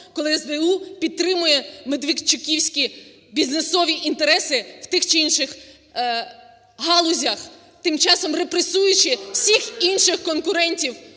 коли СБУ підтримує медведчуківські бізнесові інтереси в тих чи інших галузях, тим часом репресуючи всіх інших конкурентів